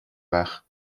وقت